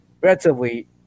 Relatively